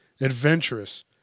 adventurous